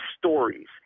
stories